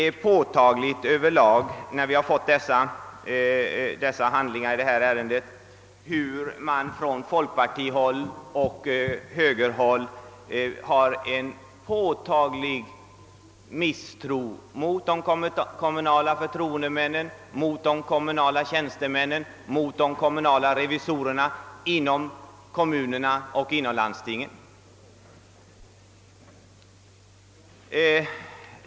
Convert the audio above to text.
Av handlingarna i detta ärende framgår att man från folkpartioch högerhåll hyser en påtaglig misstro mot de kommunala förtroendemännen, mot de kommunala tjänstemännen, mot revisorerna inom kommunerna och inom landstingen.